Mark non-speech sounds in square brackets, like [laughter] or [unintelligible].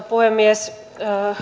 [unintelligible] puhemies